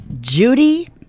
Judy